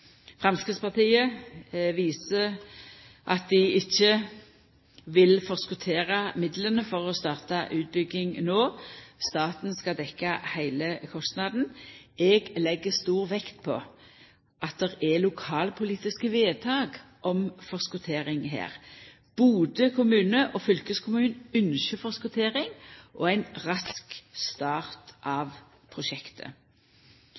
Framstegspartiet viser til at dei ikkje vil forskottera midlane for å starta utbygginga no – staten skal dekkja heila kostnaden. Eg legg stor vekt på at det er lokalpolitiske vedtak om forskottering her. Bodø kommune og fylkeskommunen ynskjer forskottering og ein rask start